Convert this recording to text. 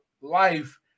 life